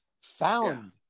found